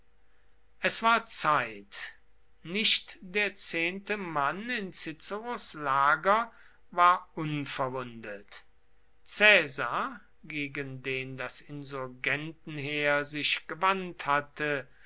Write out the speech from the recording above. es war zeit nicht der zehnte mann in ciceros lager war unverwundet caesar gegen den das insurgentenheer sich gewandt hatte